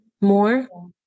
more